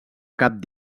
cap